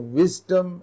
wisdom